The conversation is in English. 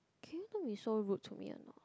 can you don't be so rude to me a not